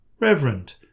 Reverend